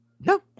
No